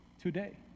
today